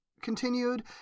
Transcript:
continued